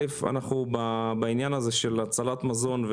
אנחנו בעניין של הצלת מזון,